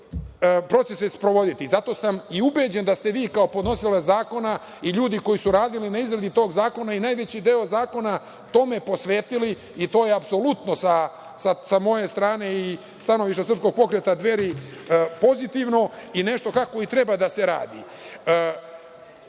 procese sprovoditi. Zato sam i ubeđen da ste vi kao podnosilac zakona i ljudi koji su radili na izradi tog zakona i najveći deo zakona tome posvetili i to je apsolutno sa moje strane i stanovišta srpskog pokreta „Dveri“ pozitivno i nešto kako i treba da se radi.S